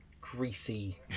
greasy